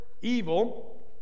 evil